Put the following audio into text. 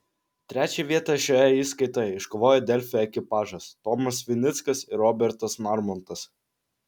trečią vietą šioje įskaitoje iškovojo delfi ekipažas tomas vinickas ir robertas narmontas